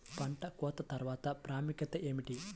పంట కోత తర్వాత ప్రాముఖ్యత ఏమిటీ?